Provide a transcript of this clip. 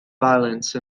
violence